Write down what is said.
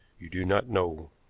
you do not know.